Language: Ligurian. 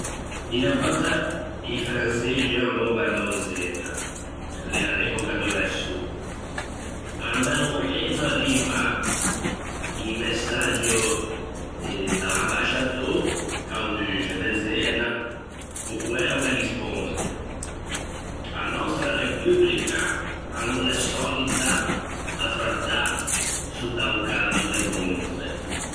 Unna vòtta i franseixi an bombardou Zena, l'ea l'epoca do Re Sô. À un bello momento arriva un messaggio da l'ambasciatô a-o Duxe de Zena, o quæ o ghe risponde: "A nòstra Repubrica a no l'é sòlita à trattâ sotta o calô de bombe".